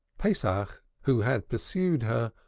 pesach, who had pursued her,